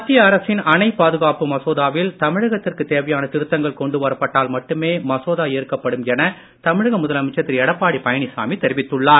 மத்திய அரசின் அணை பாதுகாப்பு மசோதாவில் தமிழகத்திற்கு தேவையான திருத்தங்கள் கொண்டு வரப்பட்டால் மட்டுமே மசோதா ஏற்கப்படும் என தமிழக முதலமைச்சர் திரு எடப்பாடி பழனிசாமி தெரிவித்துள்ளார்